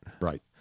Right